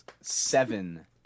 seven